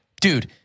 Dude